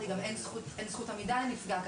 גם אין זכות עמידה לנפגע,